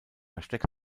versteck